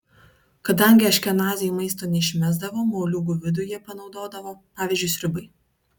kadangi aškenaziai maisto neišmesdavo moliūgų vidų jie panaudodavo pavyzdžiui sriubai